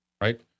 right